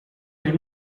les